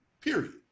period